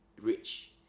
rich